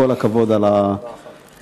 כל הכבוד על העבודה.